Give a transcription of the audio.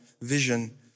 vision